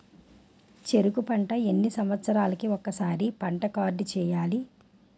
చెరుకు పంట ఎన్ని సంవత్సరాలకి ఒక్కసారి పంట కార్డ్ చెయ్యాలి?